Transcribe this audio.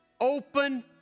open